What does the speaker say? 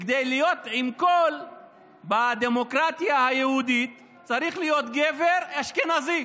כדי להיות עם קול בדמוקרטיה היהודית צריך להיות גבר אשכנזי,